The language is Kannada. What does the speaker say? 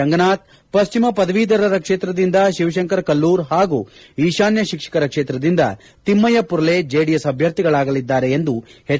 ರಂಗನಾಥ್ ಪಶ್ಚಿಮ ಪದವೀಧರರ ಕ್ಷೇತ್ರದಿಂದ ಶಿವಶಂಕರ ಕಲ್ನೂರ್ ಹಾಗೂ ಈಶಾನ್ಯ ಶಿಕ್ಷಕರ ಕ್ಷೇತ್ರದಿಂದ ತಿಮ್ಮಯ್ಯ ಪುರ್ಲೆ ಜೆಡಿಎಸ್ ಅಭ್ಯರ್ಥಿಗಳಾಗಲಿದ್ದಾರೆ ಎಂದು ಎಚ್